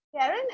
Karen